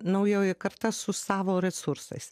naujoji karta su savo resursais